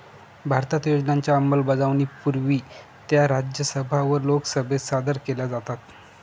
भारतात योजनांच्या अंमलबजावणीपूर्वी त्या राज्यसभा व लोकसभेत सादर केल्या जातात